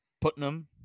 Putnam